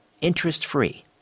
interest-free